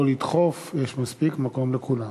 לא לדחוף, יש מספיק מקום לכולם.